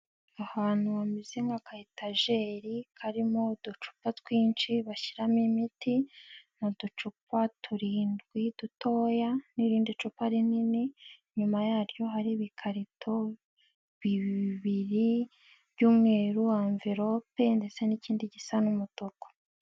Ahantu hameze nka'akaetajeri, karimo uducupa twinshi bashyiramo imiti, ni uducupa turindwi dutoya n'irindi cupa rinini, inyuma yaryo hari ibikarito, bibiri by'umweru, anvelope ndetse n'ikindi gisa n'umutuku.